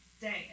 day